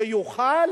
שיוכל